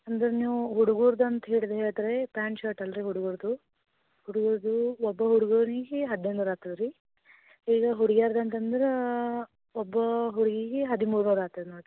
ಅಂದ್ರೆ ನೀವು ಹುಡುಗ್ರುದ್ದು ಅಂತ ಹಿಡ್ದು ಹೇಳ್ತಿರಿ ಪ್ಯಾಂಟ್ ಶರ್ಟ್ ಅಲ್ಲಿ ರೀ ಹುಡುಗುರುದ್ದು ಹುಡುಗುರುದ್ದು ಒಬ್ಬ ಹುಡುಗನಿಗೆ ಹದಿನೈದು ನೂರು ಆಗ್ತದೆ ರೀ ಈಗ ಹುಡ್ಗ್ಯಾರ್ದು ಅಂತಂದ್ರೆ ಒಬ್ಬ ಹುಡುಗಿಗೆ ಹದಿಮೂರುವರೆ ಆತದೆ ನೋಡಿರಿ